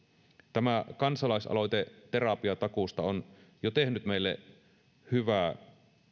tämä kansalaisaloite terapiatakuusta on jo tehnyt meille hyvää